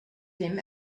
him